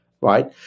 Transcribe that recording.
right